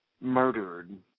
murdered